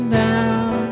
down